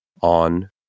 on